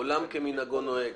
עולם כמנהגו נוהג